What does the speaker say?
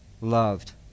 loved